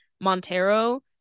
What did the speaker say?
Montero